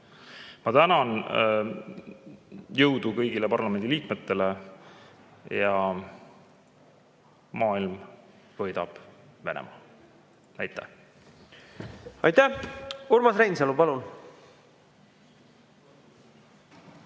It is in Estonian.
Ma tänan! Jõudu kõigile parlamendiliikmetele! Maailm võidab Venemaa! Aitäh! Aitäh! Urmas Reinsalu, palun!